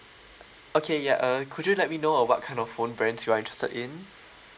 okay ya uh could you let me know uh what kind of phone brands you are interested in